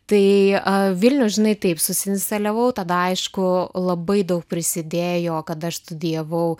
tai vilnius žinai taip susiinstaliavau tada aišku labai daug prisidėjo kad aš studijavau